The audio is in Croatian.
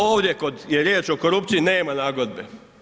Ovdje je riječ o korupciji, nema nagodbe.